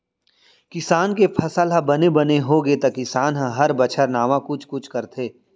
किसान के फसल ह बने बने होगे त किसान ह हर बछर नावा कुछ कुछ करथे